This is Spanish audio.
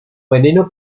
veneno